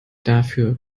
dafür